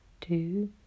two